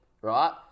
Right